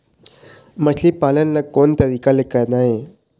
मछली पालन ला कोन तरीका ले करना ये?